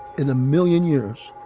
in a million years,